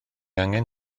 angen